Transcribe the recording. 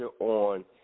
on